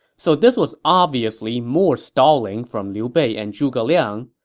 so this was obviously more stalling from liu bei and zhuge liang,